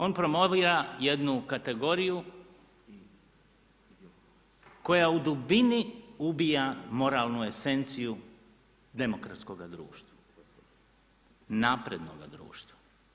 On promovira jednu kategoriju koja u dubini ubija moralnu esenciju demokratskoga društva, naprednoga društva.